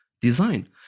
design